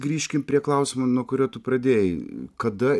grįžkim prie klausimo nuo kurio tu pradėjai kada